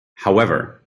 however